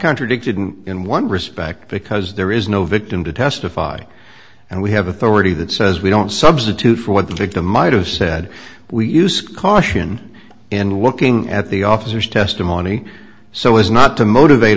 contradicted in one respect because there is no victim to testify and we have authority that says we don't substitute for what the victim might have said we use caution in looking at the officers testimony so as not to motivate